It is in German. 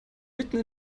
mitten